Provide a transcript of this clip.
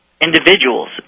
individuals